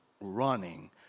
running